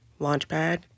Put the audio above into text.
Launchpad